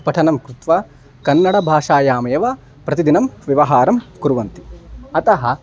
पठनं कृत्वा कन्नडभाषायामेव प्रतिदिनं व्यवहारं कुर्वन्ति अतः